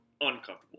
uncomfortable